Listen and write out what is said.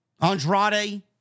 Andrade